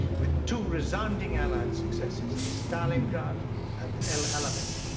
with two resounding allied successes at stalingrad and el alamein,